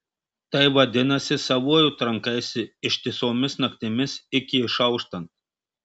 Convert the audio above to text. tai vadinasi savuoju trankaisi ištisomis naktimis iki išauštant